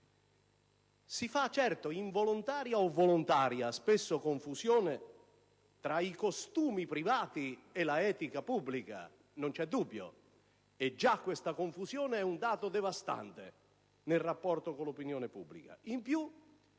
Si fa spesso involontaria o volontaria confusione tra i costumi privati e l'etica pubblica, non c'è dubbio, e già questa confusione è un dato devastante nel rapporto con l'opinione pubblica;